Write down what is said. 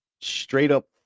straight-up